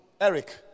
Eric